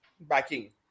backing